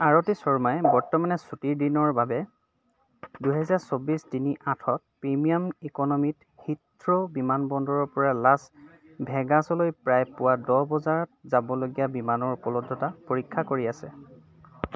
আৰতী শৰ্মায়ে বৰ্তমানে ছুটীৰ দিনৰ বাবে দুহেজাৰ চৌব্বিছ তিনি আঠত প্ৰিমিয়াম ইক'নমিত হিথ্ৰ' বিমানবন্দৰৰ পৰা লাছ ভেগাছলৈ প্ৰায় পুৱা দহ বজাত যাবলগীয়া বিমানৰ উপলব্ধতা পৰীক্ষা কৰি আছে